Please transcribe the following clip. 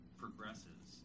progresses